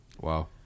wow